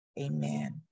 amen